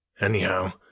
Anyhow